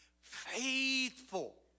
Faithful